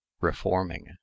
reforming